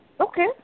Okay